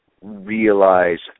realize